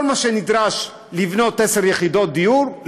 כל מה שנדרש הוא לבנות עשר יחידות דיור,